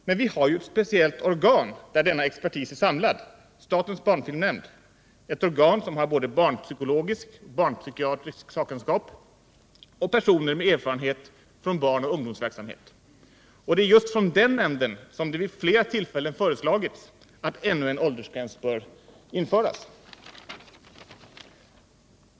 Men vi har ju ett speciellt organ, där denna expertis är samlad — statens barnfilmsnämnd, ett organ som har både barnpsykologisk och barnpsykiatrisk sakkunskap och personer med erfarenhet från barnoch ungdomsverksamhet. Och det är just från den nämnden som det vid flera tillfällen föreslagits att ännu en åldersgräns borde införas.